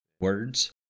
words